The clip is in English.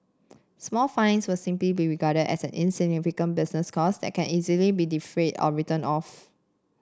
small fines would simply be regarded as an insignificant business cost that can easily be defrayed or written off